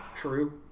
True